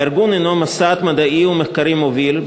הארגון הוא מוסד מדעי ומחקרי מוביל,